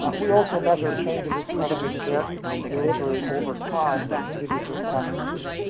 we also measured changes of preventive care delivery over time in individual practices.